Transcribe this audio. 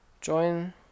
Join